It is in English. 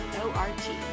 O-R-T